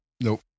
Nope